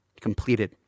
completed